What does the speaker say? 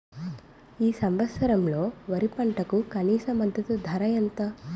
ఈ సంవత్సరంలో వరి పంటకు కనీస మద్దతు ధర ఎంత?